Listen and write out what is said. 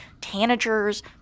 tanagers